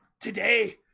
today